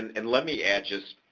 and let me add just,